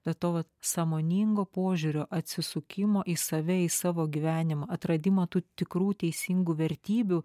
bet to sąmoningo požiūrio atsisukimo į save į savo gyvenimo atradimą tų tikrų teisingų vertybių